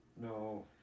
No